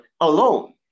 alone